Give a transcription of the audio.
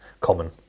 common